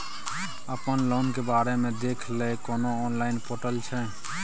अपन लोन के बारे मे देखै लय कोनो ऑनलाइन र्पोटल छै?